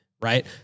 right